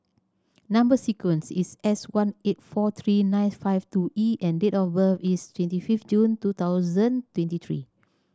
number sequence is S one eight four three nine five two E and date of birth is twenty fifth June two thousand twenty three